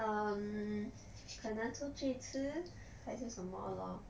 um 可能出去吃还是什么 lor